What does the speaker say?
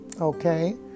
Okay